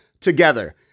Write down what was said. together